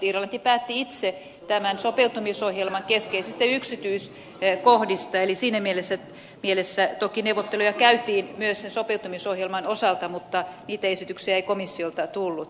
irlanti päätti itse tämän sopeutumisohjelman keskeisistä yksityiskohdista eli siinä mielessä toki neuvotteluja käytiin myös sen sopeuttamisohjelman osalta mutta niitä esityksiä ei komissiolta tullut